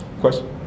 question